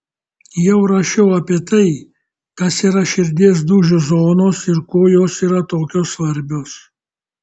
jau rašiau apie tai kas yra širdies dūžių zonos ir kuo jos yra tokios svarbios